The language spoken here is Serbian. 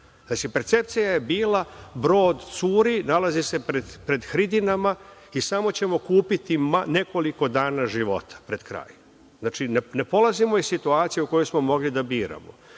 Mislim, percepcija je bila – brod curi, nalazi se pred hridinama i samo ćemo kupiti nekoliko dana života pred kraj. Znači, ne polazimo iz situacije u kojoj smo mogli da biramo,